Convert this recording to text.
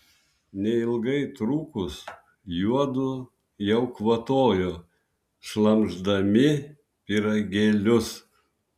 neilgai trukus juodu jau kvatojo šlamšdami pyragėlius